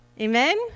Amen